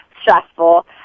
stressful